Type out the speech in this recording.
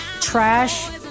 trash